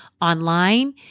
online